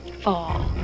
fall